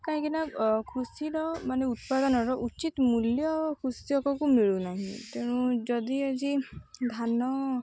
କାହିଁକିନା କୃଷିର ମାନେ ଉତ୍ପାଦନର ଉଚିତ ମୂଲ୍ୟ କୃଷକକୁ ମିଳୁନାହିଁ ତେଣୁ ଯଦି ଆଜି ଧାନ